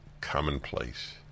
commonplace